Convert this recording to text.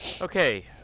Okay